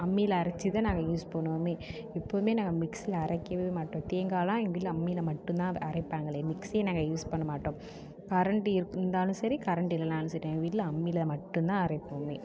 அம்மியில் அரைச்சி தான் நாங்கள் யூஸ் பண்ணுவோமே எப்பவுமே நாங்கள் மிக்ஸியில் அரைக்கவே மாட்டோம் தேங்காயெலாம் எங்கள் வீட்டில் அம்மியில் மட்டுந்தான் அரைப்பாங்களே மிக்ஸியை நாங்கள் யூஸ் பண்ண மாட்டோம் கரெண்ட்டு இருந்தாலும் சரி கரெண்ட்டு இல்லைன்னாலும் சரி எங்கள் வீட்டில் அம்மியில் மட்டுந்தான் அரைப்போம்